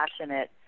passionate